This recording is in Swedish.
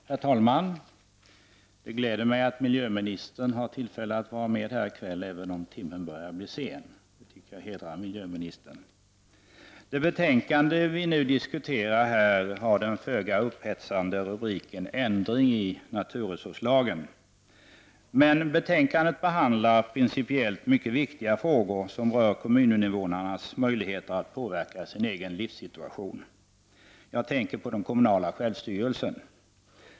Herr talman! Det gläder mig att miljöministern har tillfälle att vara med här i kväll, även om timmen börjar bli sen. Det tycker jag hedrar miljöministern. Det betänkande som vi nu diskuterar har den föga upphetsande rubriken Ändring i naturresurslagen. Men betänkandet behandlar principiellt mycket viktiga frågor som rör kommuninvånarnas möjligheter att påverka sin egen livssituation. Jag tänker på den kommunala självstyrelsen.